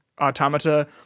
automata